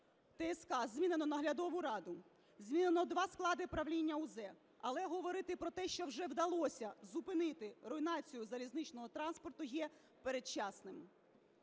ТСК змінено наглядову раду, змінено два склади правління УЗ. Але говорити про те, що вже вдалося зупинити руйнацію залізничного транспорту є передчасним.